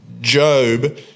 Job